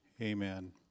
amen